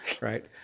right